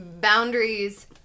boundaries